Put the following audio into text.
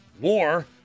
war